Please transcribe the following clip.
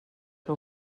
que